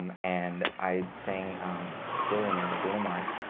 um and i sang billionaire, by bruno mars.